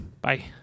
bye